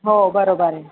हो बरोबर आहे